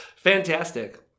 Fantastic